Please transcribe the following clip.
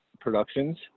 Productions